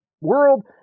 world